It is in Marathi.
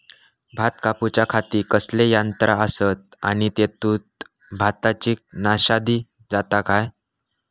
भात कापूच्या खाती कसले यांत्रा आसत आणि तेतुत भाताची नाशादी जाता काय?